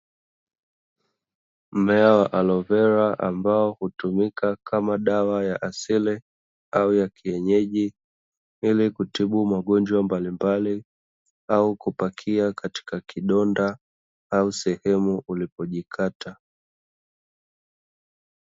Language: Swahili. Mimeawa alovera ambao hutumika kama dawa ya asili au ya kienyeji ili kutibu magonjwa mbalimbali au kupakia katika kidonda au sehemu ulipojikata.